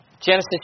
Genesis